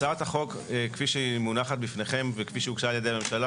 הצעת החוק כפי שהיא מונחת בפניכם וכפי שהוגשה על ידי הממשלה,